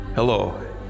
Hello